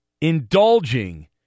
indulging